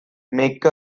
make